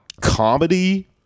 comedy